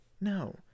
No